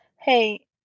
Hey